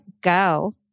go